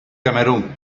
camerún